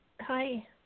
Hi